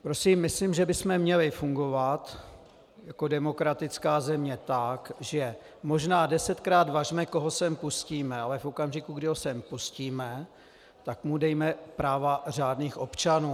Prosím, myslím, že bychom měli fungovat jako demokratická země tak, že možná desetkrát važme, koho sem pustíme, ale v okamžiku, kdy ho sem pustíme, tak mu dejme práva řádných občanů.